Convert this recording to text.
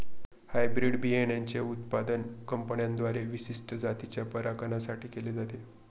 hybrid बियाणांचे उत्पादन कंपन्यांद्वारे विशिष्ट जातीच्या परागकणां साठी केले जाते